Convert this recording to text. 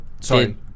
Sorry